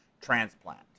transplant